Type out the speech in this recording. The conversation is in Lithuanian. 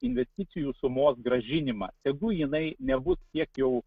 investicijų sumos grąžinimą tegu jinai nebus tiek jau